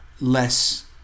less